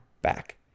back